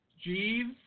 Jeeves